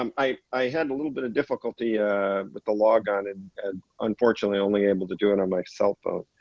um i i had a little bit of difficulty with the log on and and unfortunately only able to do it on my cell phone.